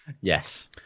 Yes